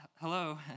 hello